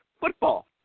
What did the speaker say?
football